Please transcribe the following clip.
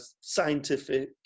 scientific